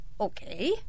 Okay